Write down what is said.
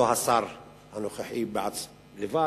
לא השר הנוכחי לבד,